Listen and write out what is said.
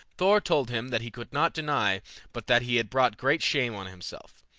thor told him that he could not deny but that he had brought great shame on himself.